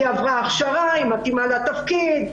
שעברה הכשרה ומתאימה לתפקיד,